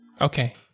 Okay